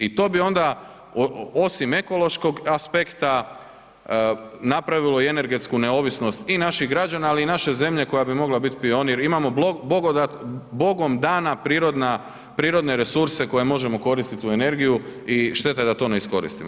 I to bi onda, osim ekološkog aspekta napravilo i energetsku neovisnost i naših građana, ali i naše zemlje koja bi mogla biti pionir, imamo Bogom dana prirodne resurse koje možemo koristiti u energiju i šteta je da to ne iskoristimo.